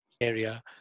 area